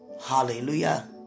Hallelujah